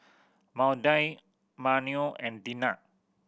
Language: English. Maudie Manuel and Dinah